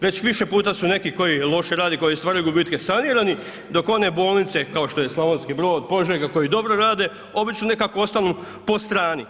Već više puta su neki koji loše rade i koji stvaraju gubitke sanirani dok one bolnice kao što je Slavonski brod, Požega, koji dobro rade obično nekako ostanu po strani.